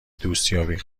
دوستیابی